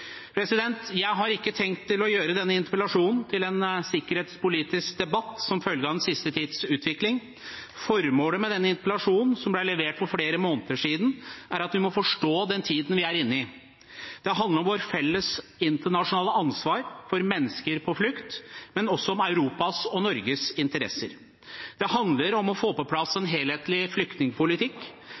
Jeg har ikke tenkt å gjøre denne interpellasjonen til en sikkerhetspolitisk debatt som følge av den siste tids utvikling. Formålet med denne interpellasjonen, som ble levert for flere måneder siden, er at vi må forstå den tiden vi er inne i. Det handler om vårt felles internasjonale ansvar for mennesker på flukt, men også om Europas og Norges interesser. Det handler om å få på plass en helhetlig flyktningpolitikk.